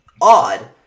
odd